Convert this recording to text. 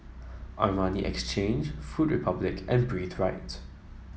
Armani Exchange Food Republic and Breathe Right